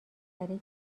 برای